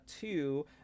two